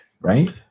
right